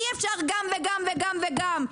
אי אפשר גם וגם וגם וגם.